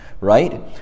right